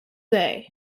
day